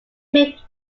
make